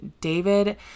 David